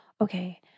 okay